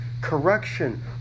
Correction